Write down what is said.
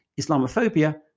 Islamophobia